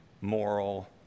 moral